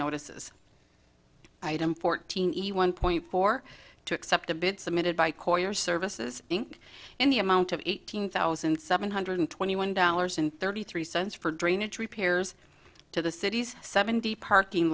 notices item fourteen one point four to accept a bid submitted by coyer services inc in the amount of eighteen thousand seven hundred twenty one dollars and thirty three cents for drainage repairs to the city's seventy parking